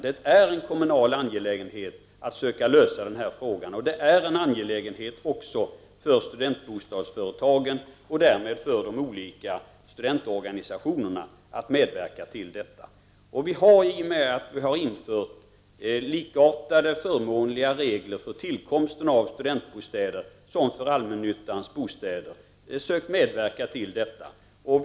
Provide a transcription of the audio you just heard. Det är en kommunal angelägenhet att söka lösa den här frågan. Det är en angelägenhet också för studentbostadsföretagen, och därmed för de olika studentorganisationerna, att medverka till detta. I och med att vi har infört likartade förmånliga regler för tillkomsten av studentbostäder som för tillkomsten av allmännyttans bostäder har regeringen sökt hjälpa till.